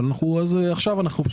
אבל אנחנו, אז עכשיו אנחנו.